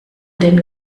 den